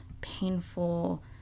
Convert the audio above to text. painful